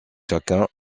chacun